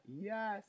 Yes